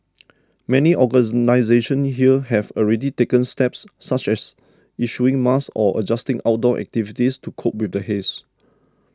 many organisations here have already taken steps such as issuing masks or adjusting outdoor activities to cope with the haze